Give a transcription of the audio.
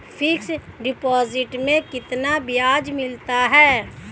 Fix deposit में कितना ब्याज मिलता है?